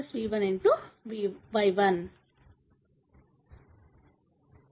yRv2 v1v2v1yI yT2 v2v2v1yI